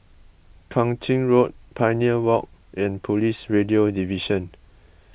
Kang Ching Road Pioneer Walk and Police Radio Division